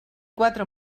quatre